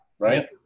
right